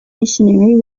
missionary